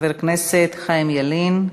חבר הכנסת חיים ילין.